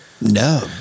No